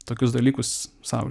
tokius dalykus sau